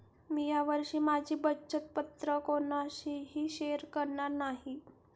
मी या वर्षी माझी बचत पत्र कोणाशीही शेअर करणार नाही